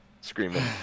screaming